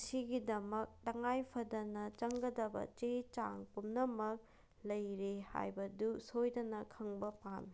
ꯑꯁꯤꯒꯤꯗꯃꯛ ꯇꯉꯥꯏ ꯐꯗꯅ ꯆꯪꯒꯗꯕ ꯆꯦ ꯆꯥꯡ ꯄꯨꯝꯅꯃꯛ ꯂꯩꯔꯦ ꯍꯥꯏꯕꯗꯨ ꯁꯣꯏꯗꯅ ꯈꯪꯕ ꯄꯥꯝꯃꯤ